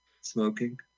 Smoking